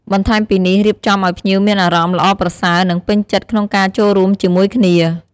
បន្ថែមពីនេះ រៀបចំអោយភ្ញៀវមានអារម្មណ៍ល្អប្រសើរ និងពេញចិត្តក្នុងការចូលរួមជាមួយគ្នា។